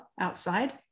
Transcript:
outside